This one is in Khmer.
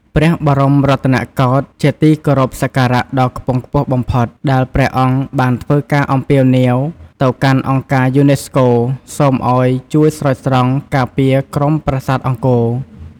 ព្រះបរមរតនកោដ្ឋ ជាទីគោរពសក្ការៈដ៏ខ្ពង់ខ្ពស់បំផុត ដែលព្រះអង្គ បានធ្វើការអំពាវនាវទៅកាន់អង្គការយូណេស្កូ សូមឱ្យជួយស្រោចស្រង់ ការពារក្រុមប្រាសាទអង្គរ។